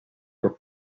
were